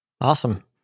Awesome